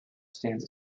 stands